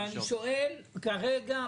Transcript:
אבל אני שואל כרגע,